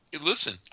Listen